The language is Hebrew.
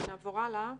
נעבור הלאה.